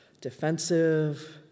defensive